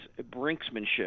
brinksmanship